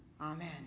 Amen